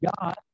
God